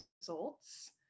results